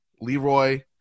Leroy